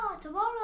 tomorrow